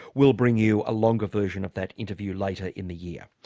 we'll bring you a longer version of that interview later in the year.